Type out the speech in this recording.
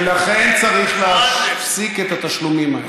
ולכן צריך להפסיק את התשלומים האלה.